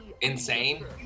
insane